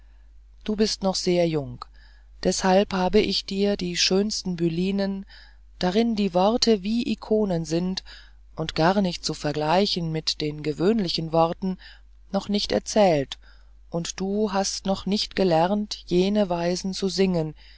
du bist noch sehr jung und deshalb habe ich dir die schönsten bylinen darin die worte wie ikone sind und gar nicht zu vergleichen mit den gewöhnlichen worten noch nicht erzählt und du hast noch nicht gelernt jene weisen zu singen